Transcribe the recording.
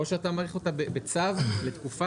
או שאתה מאריך אותה בצו לתקופה,